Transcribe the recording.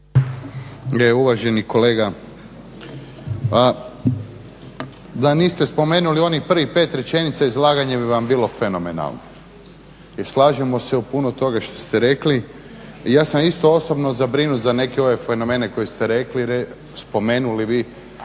Uvaženi kolega. Da niste spomenuli onih prvih pet rečenica izlaganje bi vam bilo fenomenalno, jer slažemo se u puno toga što ste rekli. Ja sam isto osobno zabrinut za neke ove fenomene koje ste rekli, spomenuli vi.